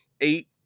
eight